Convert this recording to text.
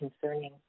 concerning